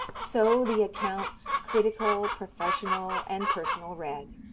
so the accounts, critical, professional and personal read.